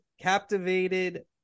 captivated